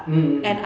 mm